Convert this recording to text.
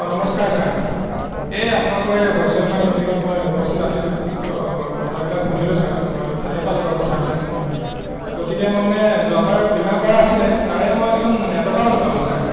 অঁ নমস্কাৰ ছাৰ এই আপোনালোকৰ এই শস্য বীমা মিটিঙত মই উপস্থিত আছিলোঁ তো কথাবিলাক শুনিলোঁ ছাৰ মই ভালেই পালোঁ বাৰু কথাবিলাক শুনি তো গতিকে মই মানে যোৱাবাৰ বীমা কৰা আছিলে তাৰে মইচোন এটকাও নাপালোঁ ছাৰ